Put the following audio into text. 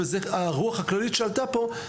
וזה הרוח הכללית שעלתה פה,